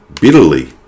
bitterly